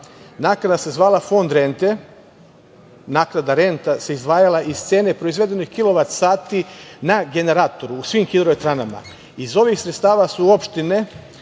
Naknada se zvala Fond rente. Naknada renta se izdvajala iz cene proizvedenih kilovat sati na generatoru u svim hidroelektranama. Iz ovih sredstava su opštine